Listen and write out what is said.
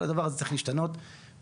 כל הדבר הזה צריך להשתנות מהר.